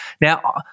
Now